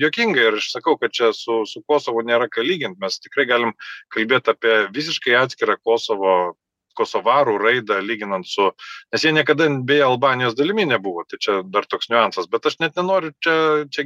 juokinga ir aš sakau kad čia su su kosovu nėra ką lygint mes tikrai galim kalbėt apie visiškai atskirą kosovo kosovarų raidą lyginant su nes jie niekada beje albanijos dalimi nebuvo čia dar toks niuansas bet aš net nenoriu čia čia